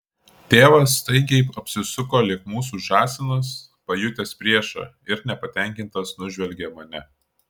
tėvas staigiai apsisuko lyg mūsų žąsinas pajutęs priešą ir nepatenkintas nužvelgė mane